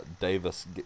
Davis